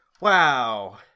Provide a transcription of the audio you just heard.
Wow